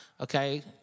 okay